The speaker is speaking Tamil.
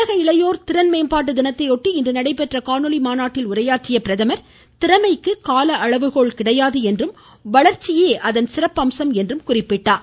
உலக இளையோர் திறன் மேம்பாட்டு தினத்தை ஒட்டி இன்று நடைபெற்ற காணொலி மாநாட்டில் உரையாற்றிய பிரதமர் திறமைக்கு கால அளவுகோல் கிடையாது என்றும் வளர்ச்சியே அதன் சிறப்பம்சம் என்றார்